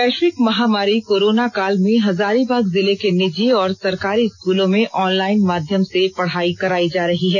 वैश्विक महामारी कोरोना काल में हजारीबाग जिले के निजी और सरकारी स्कूलों में ऑनलाइन माध्यम से पढ़ाई कराई जा रही है